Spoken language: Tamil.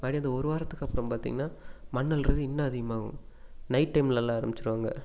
மறுபடியும் அந்த ஒரு வாரத்துக்கு அப்புறம் பார்த்தீங்கன்னா மண் அள்ளுறது இன்னும் அதிகமாகும் நைட் டைமில் அள்ள ஆரம்பிச்சுருவாங்க